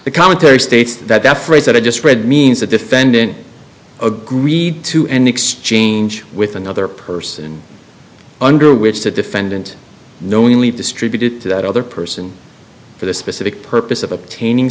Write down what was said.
the commentary states that phrase that i just read means the defendant agreed to an exchange with another person under which the defendant knowingly distributed to that other person for the specific purpose of obtaining